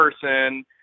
person